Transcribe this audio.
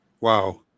Wow